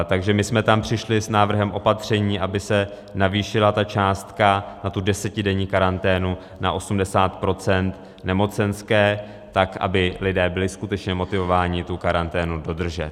Takže my jsme tam přišli s návrhem opatření, aby se navýšila ta částka na desetidenní karanténu na 80 % nemocenské, tak aby lidé byli skutečně motivováni karanténu dodržet.